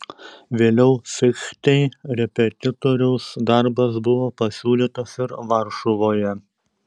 vėliau fichtei repetitoriaus darbas buvo pasiūlytas ir varšuvoje